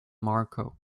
marco